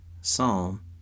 psalm